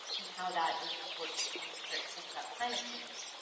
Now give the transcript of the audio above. and how that is important when we start to think about climate change.